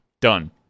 Done